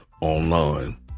online